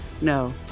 No